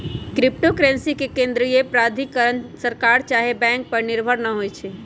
crypto currency के केंद्रीय प्राधिकरण सरकार चाहे बैंक पर निर्भर न होइ छइ